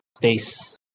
space